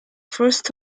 first